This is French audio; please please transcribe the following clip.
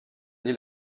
nie